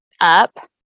up